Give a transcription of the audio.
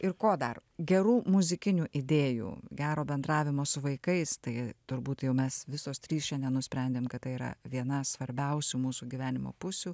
ir ko dar gerų muzikinių idėjų gero bendravimo su vaikais tai turbūt jau mes visos trys šiandien nusprendėm kad tai yra viena svarbiausių mūsų gyvenimo pusių